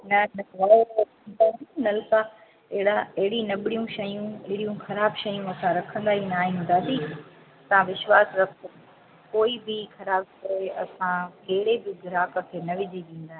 न न नलका अहिड़ा अहिड़ी नबड़ियूं शयूं अहड़ियूं ख़राबु शयूं असां रखंदा ई ना आहियूं दादी तव्हां विश्वासु रखो कोई बि ख़राबु शइ असां कहिड़े बि ग्राहक खे न विझी ॾींदा आहियूं